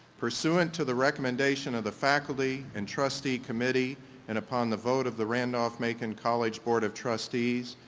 pursuant to the recommendation of the faculty and trustee committee and upon the vote of the randolph-macon college board of trustees,